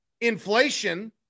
inflation